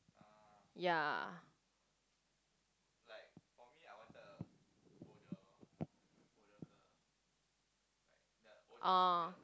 ya ah